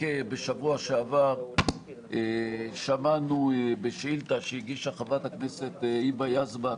בשבוע שעבר שמענו בשאילתה שהגישה חברת הכנסת היבה יזבק